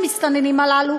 למסתננים הללו,